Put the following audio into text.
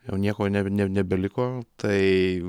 jau nieko ne nebeliko tai